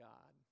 God